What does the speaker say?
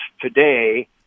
today